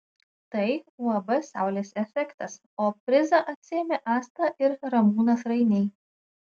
tai uab saulės efektas o prizą atsiėmė asta ir ramūnas rainiai